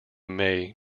may